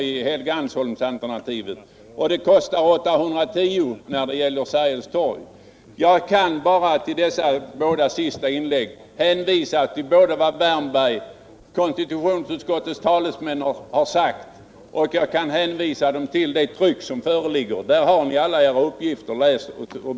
i Helgeandsholmsalternativet, och det kostar 810 kr. i Sergelstorgsalternativet. Jag kan bara till dessa båda senaste inlägg hänvisa till vad Erik Wärnberg och konstitutionsutskottets talesmän har sagt och till det tryck som föreligger. Där har ni alla era uppgifter. Läs och